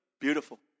Beautiful